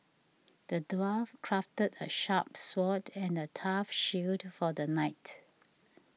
the dwarf crafted a sharp sword and a tough shield for the knight